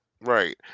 right